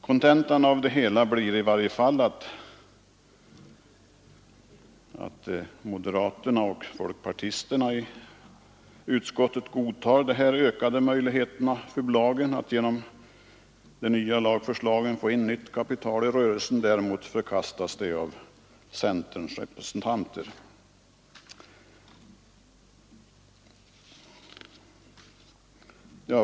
Kontentan är att moderaterna och folkpartisterna i utskottet med vissa modifikationer godtar de här lagförslagen, som går ut på att öka bolagens möjligheter att få in nytt kapital i sina rörelser. Däremot förkastas regeringens förslag i det här avsnittet av centerns representanter.